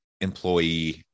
employee